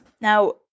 now